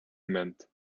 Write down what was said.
meant